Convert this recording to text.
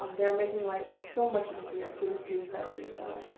um they're making life so much easier for the students at libertyville.